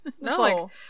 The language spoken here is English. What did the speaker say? No